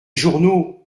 journaux